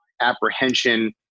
apprehension